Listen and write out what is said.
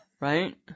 Right